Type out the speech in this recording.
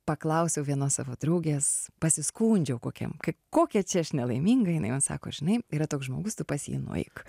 paklausiau vienos savo draugės pasiskundžiau kokiam kaip kokia čia aš nelaiminga jinai man sako žinai yra toks žmogus tu pas jį nueik